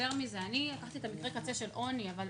יותר מזה, לקחתי מקרה קצה של עוני, אבל